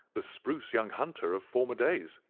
the spruce young hunter of former days.